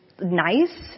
nice